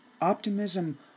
Optimism